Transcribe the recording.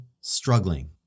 struggling